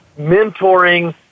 mentoring